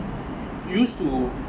used to